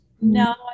No